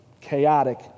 chaotic